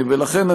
לכן,